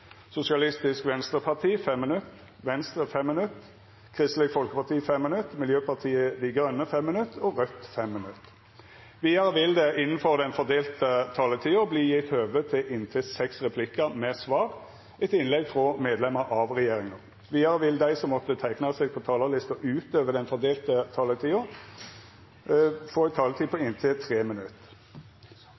Sosialistisk Venstreparti 5 minutt, Venstre 5 minutt, Kristeleg Folkeparti 5 minutt, Miljøpartiet Dei Grøne 5 minutt og Raudt 5 minutt. Vidare vil det innanfor den fordelte taletida verta gjeve høve til inntil seks replikkar med svar etter innlegg frå medlemer av regjeringa. Vidare vil dei som måtte teikna seg på talarlista utover den fordelte taletida, få ei taletid på inntil 3 minutt.